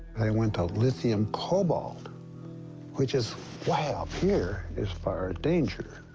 they went to lithium cobalt which is way up here as far as danger.